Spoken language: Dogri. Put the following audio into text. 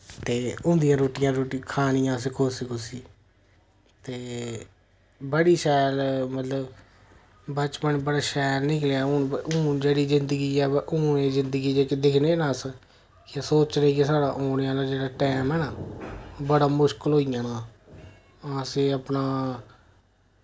ते उं'दियां रुट्टियां रुट्टी खानी असें खुस खुस्सी ते बड़ी शैल मतलब बचपन बड़ा शैल निकलेआ हून व हून जेह्ड़ी जिंदगी ऐ व हून दी जिंदगी जेह्की दिक्खने ना अस जां सोचने कि साढ़ा औने आह्ला जेह्ड़ा टैम ऐ ना बड़ा मुश्कल होई जाना असें अपना